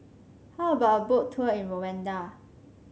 how about a Boat Tour in Rwanda